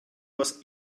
was